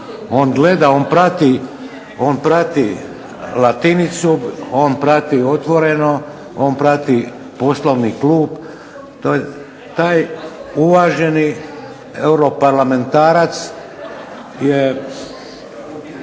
on gleda, on prati Latinicu, on prati Otvoreno, on prati Poslovni klub. Taj uvaženi europarlamentarac je